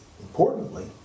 importantly